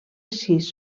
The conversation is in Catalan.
sis